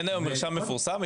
אין היום מרשם מפורסם?